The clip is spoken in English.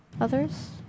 others